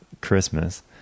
Christmas